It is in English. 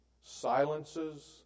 silences